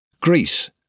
Greece